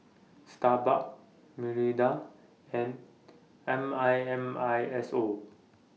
Starbucks Mirinda and M I N I S O